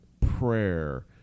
prayer